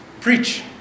preach